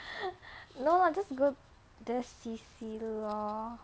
no lah just go there see see lor